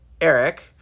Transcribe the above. Eric